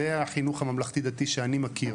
זה החינוך הממלכתי דתי שאני מכיר